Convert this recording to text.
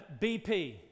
BP